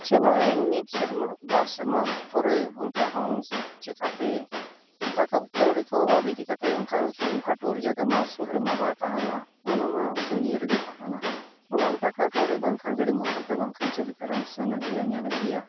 ᱪᱟᱞᱟᱜ ᱟᱹᱧ ᱢᱤᱫ ᱥᱮᱨᱢᱟ ᱵᱟᱨ ᱥᱮᱨᱢᱟ ᱯᱚᱨᱮ ᱚᱱᱠᱟ ᱦᱚᱸ ᱪᱤᱠᱟᱹᱛᱮ ᱴᱟᱠᱟ ᱠᱟᱹᱣᱰᱤ ᱠᱚ ᱚᱵᱷᱟᱵᱽ ᱤᱫᱤ ᱠᱟᱛᱮᱫ ᱚᱱᱠᱟ ᱚᱱᱠᱟ ᱴᱩᱨ ᱡᱟᱭᱜᱟ ᱢᱟ ᱥᱩᱨ ᱨᱮᱢᱟ ᱵᱟᱭ ᱛᱟᱦᱮᱱᱟ ᱚᱱᱟ ᱢᱟ ᱥᱟᱺᱜᱤᱧ ᱨᱮᱜᱮ ᱛᱟᱦᱮᱱᱟ ᱚᱱᱟᱦᱚᱸ ᱴᱟᱠᱟ ᱠᱟᱹᱣᱰᱤ ᱵᱟᱝᱠᱷᱟᱱ ᱜᱟᱹᱰᱤ ᱢᱚᱴᱚᱨ ᱛᱮ ᱵᱟᱝᱠᱷᱟᱱ ᱪᱮᱫ ᱞᱮᱠᱟ ᱨᱮᱢ ᱥᱮᱱ ᱟᱹᱜᱩᱭᱟ ᱧᱮᱞ ᱟᱹᱜᱩᱭᱟ